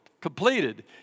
completed